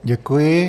Děkuji.